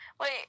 Wait